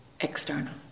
external